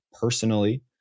personally